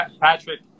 Patrick